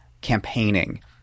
campaigning